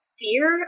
fear